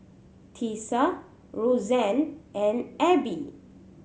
Tisa Roseann and Abbey